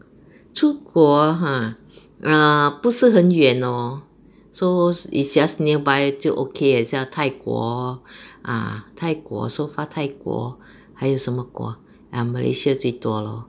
出国 !huh! 不是很远 lor so if it's just nearby 就 okay 很像泰国 ah 泰国 so far 泰国还有什么国 malaysia 最多 lor